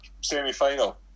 semi-final